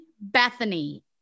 Bethany